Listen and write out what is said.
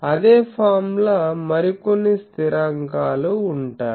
అదే ఫార్ములా మరికొన్ని స్థిరంకాలు ఉంటాయి